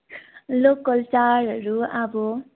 local चाडहरू अब